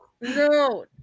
No